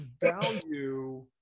value